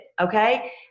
okay